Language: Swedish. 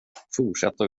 fortsätta